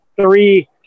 three